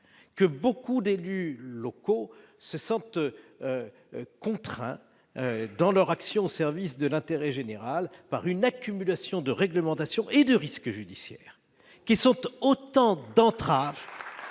que beaucoup d'élus locaux se sentent contraints dans leur action, service de l'intérêt général, par une accumulation de réglementations et de risques judiciaires qui sont tout autant d'entraves